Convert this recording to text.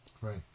Right